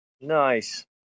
Nice